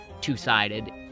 two-sided